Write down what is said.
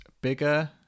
bigger